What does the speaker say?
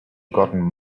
gotten